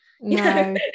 No